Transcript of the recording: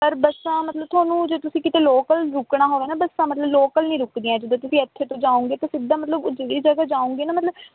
ਪਰ ਬੱਸਾਂ ਮਤਲਬ ਤੁਹਾਨੂੰ ਜੇ ਤੁਸੀਂ ਕਿਤੇ ਲੋਕਲ ਰੁਕਣਾ ਹੋਵੇ ਨਾ ਬਸਾਂ ਮਤਲਬ ਲੋਕਲ ਨਹੀਂ ਰੁਕਦੀਆਂ ਜਿੱਦਾਂ ਤੁਸੀਂ ਇੱਥੇ ਤੋਂ ਜਾਓਂਗੇ ਤਾਂ ਸਿੱਧਾ ਮਤਲਬ ਉਹ ਜਿਹੜੀ ਜਗ੍ਹਾ ਜਾਓਂਗੇ ਨਾ ਮਤਲਬ